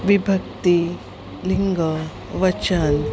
विभक्तिः लिङ्गं वचनम्